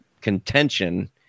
contention